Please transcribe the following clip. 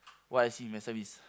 what I see in myself is